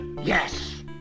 Yes